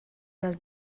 dels